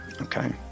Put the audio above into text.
Okay